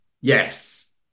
Yes